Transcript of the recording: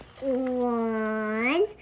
One